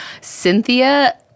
Cynthia